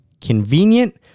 convenient